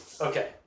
Okay